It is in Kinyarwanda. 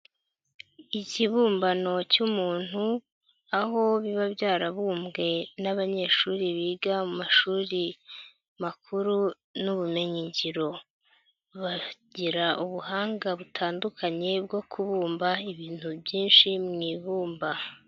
Ikibumbano cy'umuntu, aho biba byarabumbwe n'abanyeshuri biga mu mashuri makuru n'ubumenyingiro. Bagira ubuhanga butandukanye bwo kubumba ibintu byinshi mu ibumba.